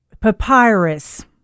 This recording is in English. papyrus